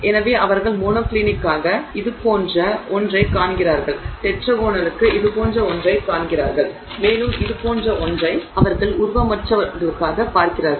எனவே அவர்கள் மோனோக்ளினிக்காக இதுபோன்ற ஒன்றைக் காண்கிறார்கள் டெட்ராகோனலுக்கு இதுபோன்ற ஒன்றைக் காண்கிறார்கள் மேலும் இது போன்ற ஒன்றை அவர்கள் உருவமற்றவர்களுக்காகப் பார்க்கிறார்கள்